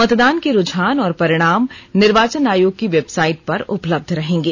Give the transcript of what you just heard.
मतदान के रूझान और परिणाम निर्वाचन आयोग की वेबसाइट पर उपलब्ध रहेंगे